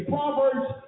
Proverbs